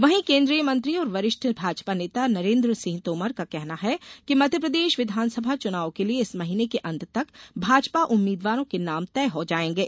वहीं केन्द्रीय मंत्री और वरिष्ठ भाजपा नेता नरेन्द्र सिंह तोमर का कहना है कि मध्यप्रदेश विधानसभा चुनाव के लिए इस महीने के अन्त तक भाजपा उम्मीदवारों के नाम तय हो जायेंगे